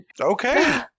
Okay